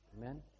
Amen